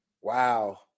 wow